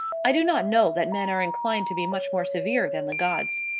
i do not know that men are inclined to be much more severe than the gods.